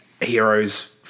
heroes